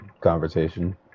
conversation